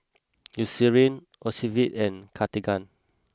Eucerin Ocuvite and Cartigain